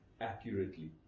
accurately